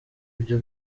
ibyo